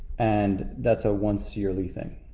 and that's a once yearly thing.